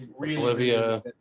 Olivia